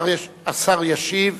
השר ישיב.